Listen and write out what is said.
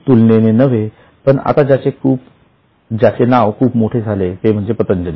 तुलनेने नवे पण आता ज्याचे नाव खूप मोठे झाले ते म्हणजे पतंजली